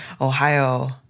Ohio